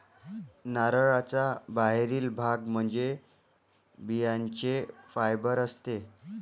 नारळाचा बाहेरील भाग म्हणजे बियांचे फायबर असते